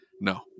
no